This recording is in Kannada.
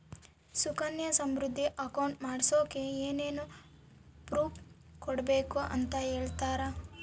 ಸುಕನ್ಯಾ ಸಮೃದ್ಧಿ ಅಕೌಂಟ್ ಮಾಡಿಸೋಕೆ ಏನೇನು ಪ್ರೂಫ್ ಕೊಡಬೇಕು ಅಂತ ಹೇಳ್ತೇರಾ?